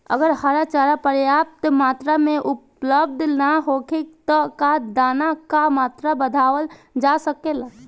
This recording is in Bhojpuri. अगर हरा चारा पर्याप्त मात्रा में उपलब्ध ना होखे त का दाना क मात्रा बढ़ावल जा सकेला?